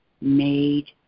made